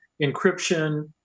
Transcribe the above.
encryption